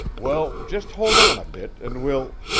well, just hold on a bit, and we'll